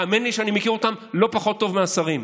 האמן לי שאני מכיר אותם לא פחות טוב מהשרים.